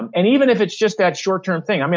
and and even if it's just that short term thing.